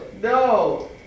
No